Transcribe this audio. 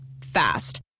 Fast